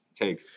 take